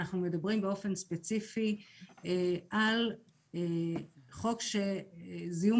אנחנו מדברים באופן ספציפי על חוק שזיהום